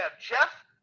Jeff